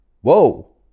Whoa